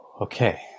Okay